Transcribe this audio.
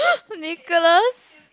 Nicholas